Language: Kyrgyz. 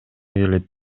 келет